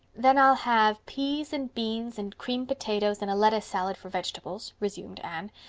then i'll have peas and beans and creamed potatoes and a lettuce salad, for vegetables, resumed anne,